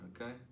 okay